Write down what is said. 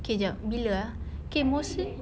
okay kejap bila ah okay mostly